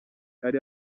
ari